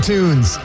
Tunes